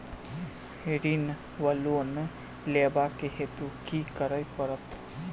ऋण वा लोन लेबाक हेतु की करऽ पड़त?